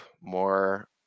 more